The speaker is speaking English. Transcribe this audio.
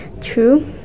true